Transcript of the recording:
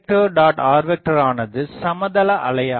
r ஆனது சமதள அலையாகும்